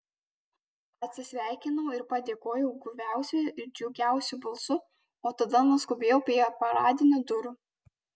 atsisveikinau ir padėkojau guviausiu ir džiugiausiu balsu o tada nuskubėjau prie paradinių durų